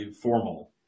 formal